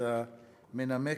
והמנמק,